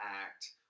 act